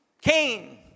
Cain